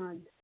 हजुर